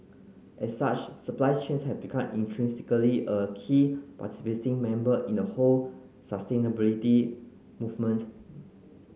as such supply chains have become intrinsically a key participating member in the whole sustainability movement